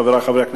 חברי חברי הכנסת,